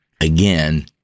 again